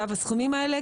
הסכומים האלה,